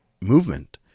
movement